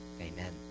Amen